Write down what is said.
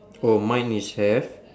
oh mine is have